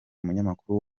umunyamakuru